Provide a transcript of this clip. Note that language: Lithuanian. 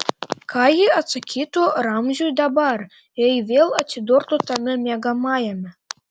ką ji atsakytų ramziui dabar jei vėl atsidurtų tame miegamajame